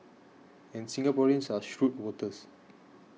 and Singaporeans are shrewd voters